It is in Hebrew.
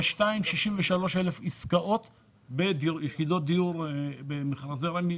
ו-62,000, 63,000 עסקאות במכרזי רמ"י.